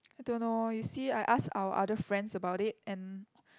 I don't know you see I ask our other friends about it and